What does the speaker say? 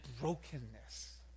brokenness